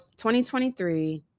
2023